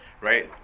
right